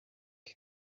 bag